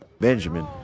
Benjamin